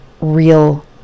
real